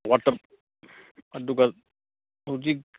water ꯑꯗꯨꯒ ꯍꯧꯖꯤꯛ